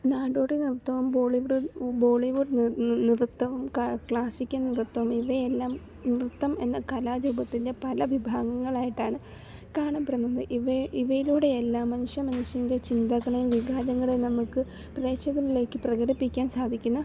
നാടോടി നൃത്തവും Bollywood Bollywood നൃത്തവും ക്ലാസിക്കൽ നൃത്തവും ഇവയെല്ലാം നൃത്തം എന്ന കലാരൂപത്തിൻ്റെ പല വിഭാഗങ്ങളായിട്ടാണ് കാണപ്പെടുന്നത് ഇവയെ ഇവയിലൂടെയെല്ലാം മനുഷ്യമനുഷ്യൻ്റെ ചിന്തകളെയും വിഭാവനകളെയും നമുക്ക് പ്രേക്ഷകനിലേക്ക് പ്രകടിപ്പിക്കാൻ സാധിക്കുന്ന